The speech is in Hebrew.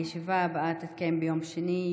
הישיבה הבאה תתקיים ביום שני,